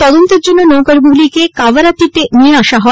তদন্তের জন্য নৌকাগুলিকে কাভারিওতে নিয়ে আসা হয়